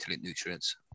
nutrients